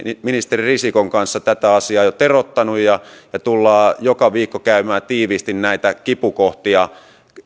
ministeri risikon kanssa tätä asiaa jo teroittaneet ja ja tullaan joka viikko käymään tiiviisti näitä kipukohtia